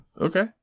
Okay